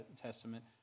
Testament